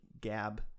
gab